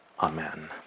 amen